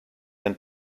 and